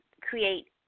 create